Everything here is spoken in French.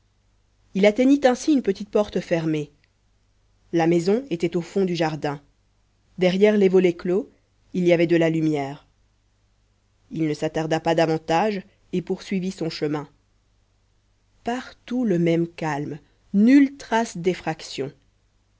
il atteignit ainsi une petite porte fermée la maison était au fond du jardin derrière les volets clos il y avait de la lumière il ne s'attarda pas davantage et poursuivit son chemin partout le même calme nulle trace d'effraction